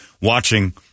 watching